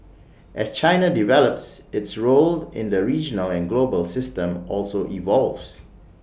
as China develops its role in the regional and global system also evolves